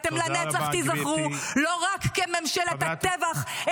-- אתם לנצח תיזכרו לא רק כממשלת הטבח,